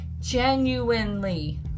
genuinely